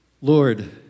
Lord